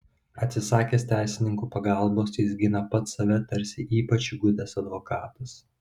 atsisakęs teisininkų pagalbos jis gina pats save tarsi ypač įgudęs advokatas